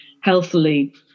healthily